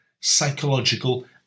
psychological